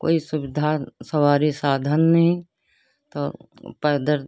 कोई सुविधा सवारी साधन नहीं तो पैदल